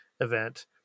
event